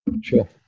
Sure